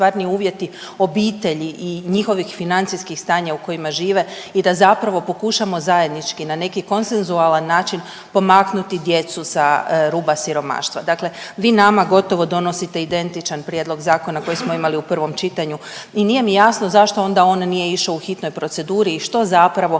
uvjeti obitelji i njihovih financijskih stanja u kojima žive i da zapravo pokušamo zajednički na neki konsensualan način pomaknuti djecu sa ruba siromaštva. Dakle, vi nama gotovo donosite identičan prijedlog zakona koji smo imali u prvom čitanju i nije mi jasno o zašto onda on nije išao u hitnoj proceduri i što zapravo